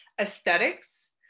aesthetics